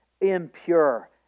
impure